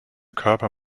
körper